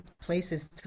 places